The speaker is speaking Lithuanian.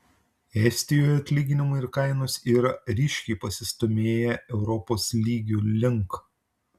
estijoje atlyginimai ir kainos yra ryškiai pasistūmėję europos lygio link